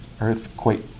earthquake